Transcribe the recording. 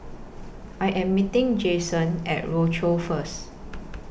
I Am meeting Jayson At Rochor First